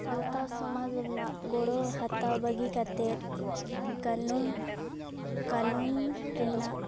ᱥᱟᱶᱛᱟ ᱥᱚᱢᱟᱡᱽ ᱨᱮᱱᱟᱜ ᱜᱚᱲᱚ ᱦᱟᱛᱟᱣ ᱵᱟᱜᱤ ᱠᱟᱛᱮᱫ ᱠᱟᱱᱩᱱ ᱠᱟᱱᱩᱱᱨᱮᱱᱟᱜ